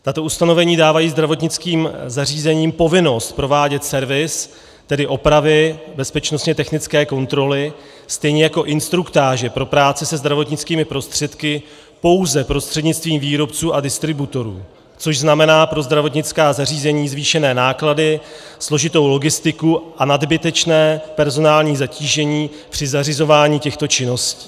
Tato ustanovení dávají zdravotnickým zařízením povinnost provádět servis, tedy opravy bezpečnostně technické kontroly, stejně jako instruktáže pro práci se zdravotnickými prostředky, pouze prostřednictvím výrobců a distributorů, což znamená pro zdravotnická zařízení zvýšené náklady, složitou logistiku a nadbytečné personální zatížení při zařizování těchto činností.